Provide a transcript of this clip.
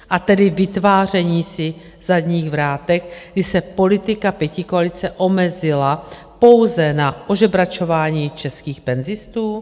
A tedy vytváření si zadních vrátek, kdy se politika pětikoalice omezila pouze na ožebračování českých penzistů?